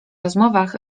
rozmowach